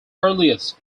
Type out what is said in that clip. earliest